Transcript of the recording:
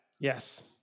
Yes